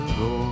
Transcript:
go